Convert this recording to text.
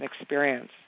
experience